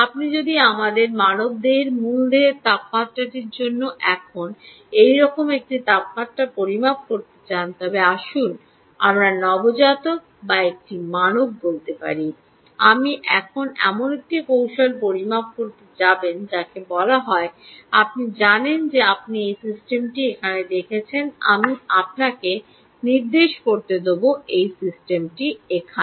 আপনি যদি আমাদের মানবদেহের মূল দেহের তাপমাত্রার জন্য এখন এইরকম একটি তাপমাত্রা পরিমাপ করতে চান তবে আসুন আমরা নবজাতক বা একটি মানব বলতে পারি আপনি এখন এমন একটি কৌশল পরিমাপ করতে যাবেন যাকে বলা হয় আপনি জানেন যে আপনি এই সিস্টেমটি এখানে দেখছেন আমি আপনাকে নির্দেশ করতে দেব আপনি এই সিস্টেমে এখানে